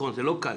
הגענו אחרי